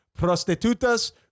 prostitutas